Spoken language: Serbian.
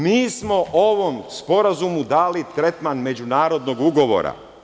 Mi smo ovom Sporazumu dali tretman međunarodnog ugovora.